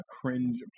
cringe